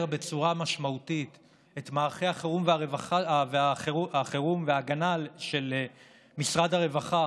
בצורה משמעותית את מערכי החירום וההגנה של משרד הרווחה